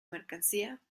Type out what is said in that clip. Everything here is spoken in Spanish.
mercancía